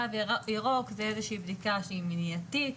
תו ירוק זו איזו שהיא בדיקה שהיא מניעתית.